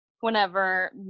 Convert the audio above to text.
whenever